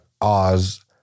Oz